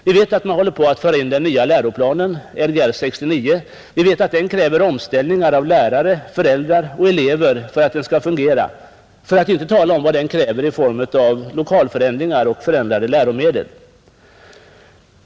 Vi vet att man håller på att föra in den nya läroplanen Lgr 69, vi vet att den kräver omställningar av lärare, föräldrar och elever för att den skall fungera, för att inte tala om vad den kräver i form av lokalförändringar och förändrade läromedel.